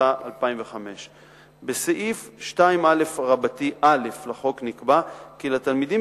התשס"ה 2005. בסעיף 2א(א) לחוק נקבע כי לתלמידים